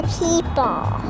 people